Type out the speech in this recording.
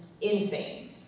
insane